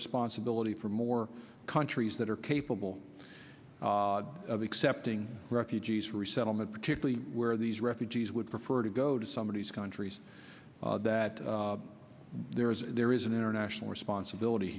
responsibility for more countries that are capable of accepting refugees for resettlement particularly where these refugees would prefer to go to some of these countries that there is a there is an international responsibility